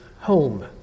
home